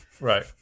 Right